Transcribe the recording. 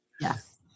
Yes